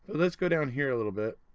but let's go down here a little bit.